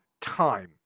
time